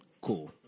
Cool